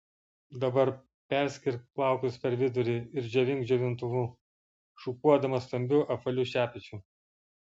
dabar perskirk plaukus per vidurį ir džiovink džiovintuvu šukuodama stambiu apvaliu šepečiu